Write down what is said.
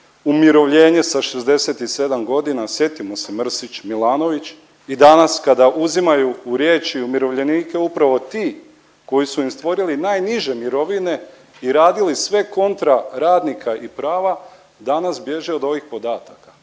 umirovljenje sa 67 godina, sjetimo se Mrsić Milanović i danas kada uzimaju u riječ i umirovljenike upravo ti koji su im stvorili najniže mirovine i radili sve kontra radnika i prava, danas bježe od ovih podataka.